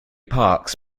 parks